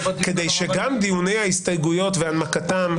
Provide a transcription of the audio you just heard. כדי שגם דיוני ההסתייגויות והנמקתן,